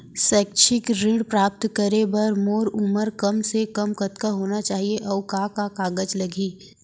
शैक्षिक ऋण प्राप्त करे बर मोर उमर कम से कम कतका होना चाहि, अऊ का का कागज लागही?